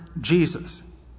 Jesus